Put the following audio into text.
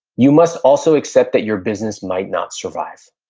you must also accept that your business might not survive.